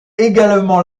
également